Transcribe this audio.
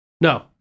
No